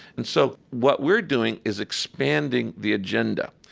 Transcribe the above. and so what we're doing is expanding the agenda.